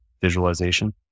visualization